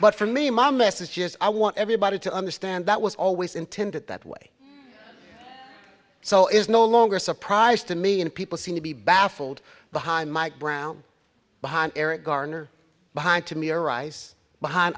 but for me my message is i want everybody to understand that was always intended that way so it's no longer a surprise to me and people seem to be baffled behind mike brown behind eric garner behind to me or rice behind